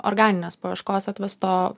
organinės paieškos atvesto